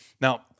Now